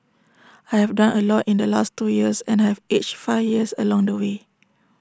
I have done A lot in the last two years and I have aged five years along the way